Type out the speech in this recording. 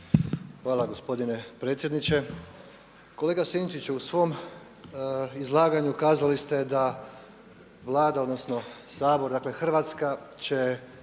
Hvala gospodine predsjedniče. Kolega Sinčiću, u svom izlaganju kazali ste da Vlada, odnosno Sabor, dakle Hrvatska će